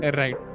right